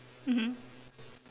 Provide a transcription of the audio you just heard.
mmhmm